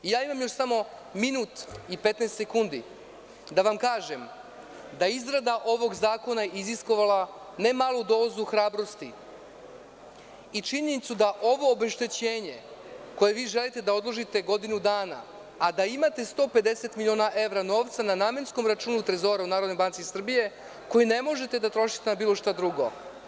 Imam još samo minut i 15 sekundi da vam kažem da je izrada ovog zakona iziskivala ne malu dozu hrabrosti i činjenicu da ovo obeštećenje koje vi želite da odložite godinu dana, a da imate 150 miliona evra novca na namenskom računu Trezora u NBS, koji ne možete da trošite na bilo šta drugo.